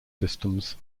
systems